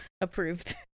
approved